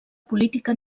política